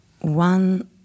one